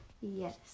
Yes